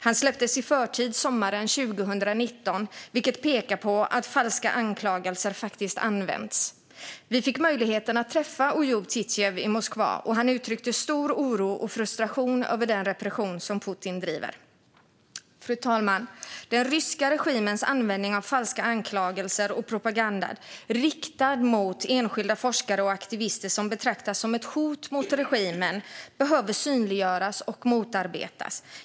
Han släpptes i förtid sommaren 2019, vilket pekar på att falska anklagelser faktiskt använts. Vi fick möjligheten att träffa Oyub Titijev i Moskva, och han uttryckte stor oro och frustration över den repression som Putin driver. Fru talman! Den ryska regimens användning av falska anklagelser och propaganda som riktas mot enskilda forskare och aktivister som betraktas som ett hot mot regimen behöver synliggöras och motarbetas.